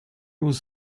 was